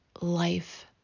Life